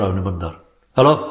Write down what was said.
Hello